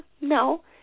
No